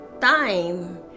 time